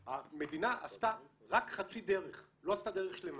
המדינה עשתה רק חצי דרך, לא עשתה דרך שלמה.